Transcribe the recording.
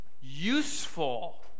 Useful